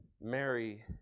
Mary